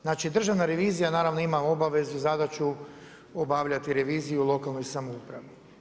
Znači Državna revizija naravno ima obavezu, zadaću obavljati reviziju u lokalnoj samoupravi.